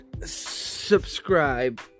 subscribe